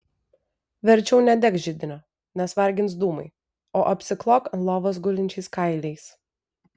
verčiau nedek židinio nes vargins dūmai o apsiklok ant lovos gulinčiais kailiais